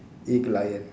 eaglion